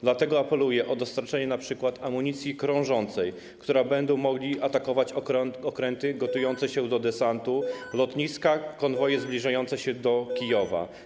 Dlatego apeluję o dostarczenie np. amunicji krążącej, którą będzie można atakować okręty gotujące się do desantu, lotniska, konwoje zbliżające się do Kijowa.